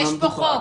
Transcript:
יש פה חוק.